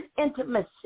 intimacy